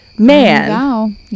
man